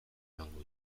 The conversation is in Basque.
emango